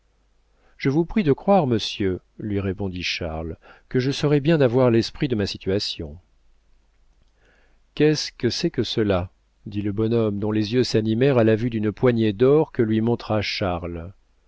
je vous prie de croire monsieur lui répondit charles que je saurai bien avoir l'esprit de ma situation qu'est-ce que c'est que cela dit le bonhomme dont les yeux s'animèrent à la vue d'une poignée d'or que lui montra charles